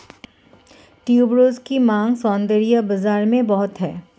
tuberose की मांग सौंदर्य बाज़ार में बहुत है